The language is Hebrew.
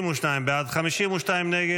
62 בעד, 52 נגד.